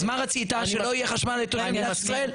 אז מה רצית שלא יהיה חשמל לתושבי מדינת ישראל?